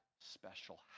special